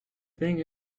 thing